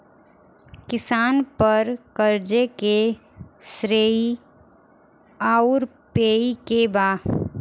किसान पर क़र्ज़े के श्रेइ आउर पेई के बा?